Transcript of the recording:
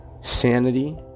Sanity